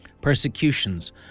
persecutions